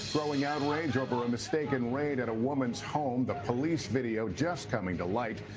so ah yeah outrage over a mistaken raid at a woman's home. the police video just coming to light.